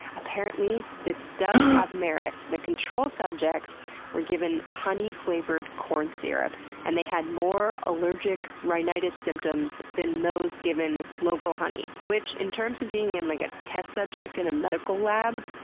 apparently this does have merit. the control subjects were given honey-flavored corn syrup and they had more allergic rhinitis symptoms than those given local honey. which, in terms of being in like a test subject in a medical lab,